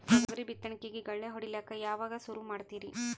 ತೊಗರಿ ಬಿತ್ತಣಿಕಿಗಿ ಗಳ್ಯಾ ಹೋಡಿಲಕ್ಕ ಯಾವಾಗ ಸುರು ಮಾಡತೀರಿ?